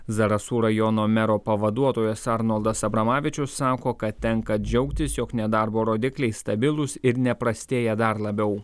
zarasų rajono mero pavaduotojas arnoldas abramavičius sako kad tenka džiaugtis jog nedarbo rodikliai stabilūs ir neprastėja dar labiau